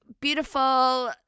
beautiful